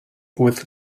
with